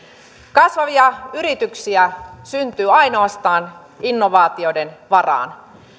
kasvavia yrityksiä syntyy ainoastaan innovaatioiden varaan